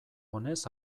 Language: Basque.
onez